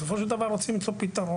בסופו של דבר רוצים למצוא פתרון.